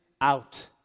out